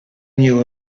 knew